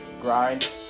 grind